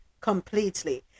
completely